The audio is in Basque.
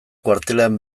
kuartelean